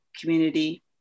community